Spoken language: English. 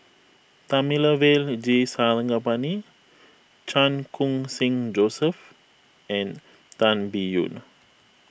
Thamizhavel G Sarangapani Chan Khun Sing Joseph and Tan Biyun